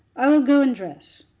i will go and dress.